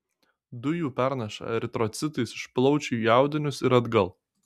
dujų pernaša eritrocitais iš plaučių į audinius ir atgal